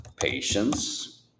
patience